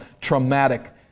traumatic